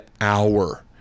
hour